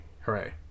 Hooray